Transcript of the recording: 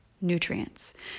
nutrients